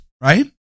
right